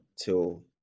till